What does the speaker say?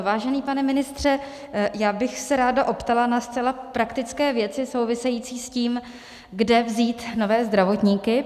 Vážený pane ministře, já bych se ráda optala na zcela praktické věci související s tím, kde vzít nové zdravotníky.